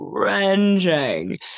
cringing